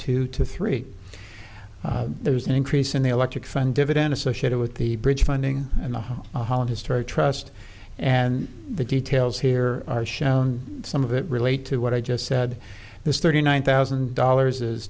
two to three there's an increase in the electric fund dividend associated with the bridge funding and the history trust and the details here are shown some of it relate to what i just said this thirty nine thousand dollars is